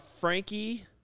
Frankie